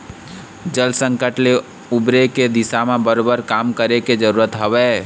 जल संकट ले उबरे के दिशा म बरोबर काम करे के जरुरत हवय